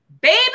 baby